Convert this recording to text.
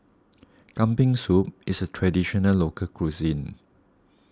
Kambing Soup is a Traditional Local Cuisine